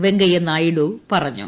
വെങ്കയ്യ നായിഡു പറഞ്ഞു